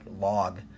log